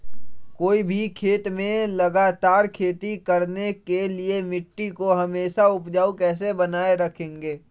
कोई भी खेत में लगातार खेती करने के लिए मिट्टी को हमेसा उपजाऊ कैसे बनाय रखेंगे?